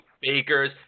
Bakers